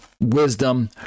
wisdom